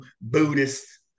Buddhist